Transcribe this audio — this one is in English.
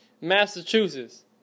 Massachusetts